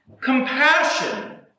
Compassion